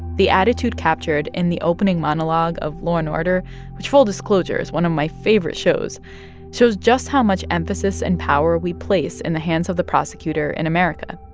the attitude captured in the opening monologue of law and order which full disclosure is one of my favorite shows shows just how much emphasis and power we place in the hands of the prosecutor in america.